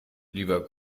lieber